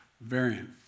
variant